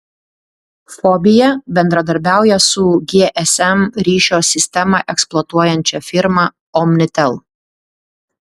fobija bendradarbiauja su gsm ryšio sistemą eksploatuojančia firma omnitel